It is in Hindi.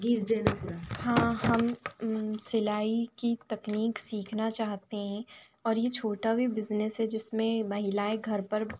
घीस देना हाँ हम सिलाई की तकनीक सीखना चाहते हैं और ये छोटा भी बिजनेस है जिसमें महिलाएँ घर पर